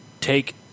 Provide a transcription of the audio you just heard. take